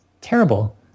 terrible